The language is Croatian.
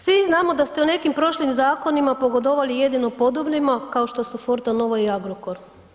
Svi znamo da ste u nekim prošlim zakonima pogodovali jedino podobnima kao što su Forta Nova i Agrokor.